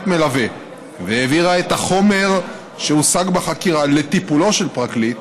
מלווה והעבירה את החומר שהושג בחקירה לטיפולו של פרקליט,